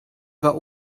war